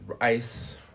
Ice